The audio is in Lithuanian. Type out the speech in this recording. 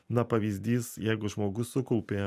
na pavyzdys jeigu žmogus sukaupė